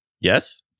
Yes